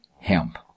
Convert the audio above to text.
hemp